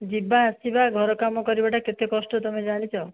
ଯିବା ଆସିବା ଘରକାମ କରିବାଟା କେତେ କଷ୍ଟ ତୁମେ ଜାଣିଛ